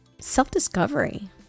Self-discovery